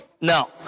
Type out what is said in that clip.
no